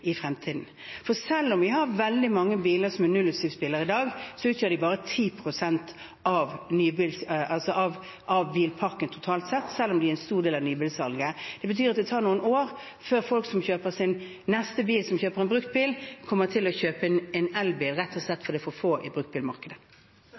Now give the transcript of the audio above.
i fremtiden. For selv om vi har veldig mange biler som er nullutslippsbiler i dag, utgjør de bare 10 pst. av bilparken totalt sett, selv om de er en stor del av nybilsalget. Det betyr at det tar noen år før folk som kjøper sin neste bil som en bruktbil, kommer til å kjøpe en elbil, rett og slett